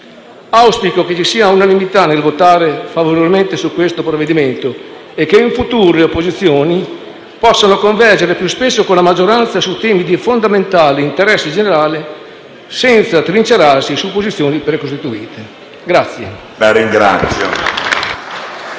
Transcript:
Auspico che ci sia unanimità nel votare favorevolmente questo provvedimento e che in futuro le opposizioni possano convergere più spesso con la maggioranza su temi di fondamentale interesse generale, senza trincerarsi su posizioni precostituite.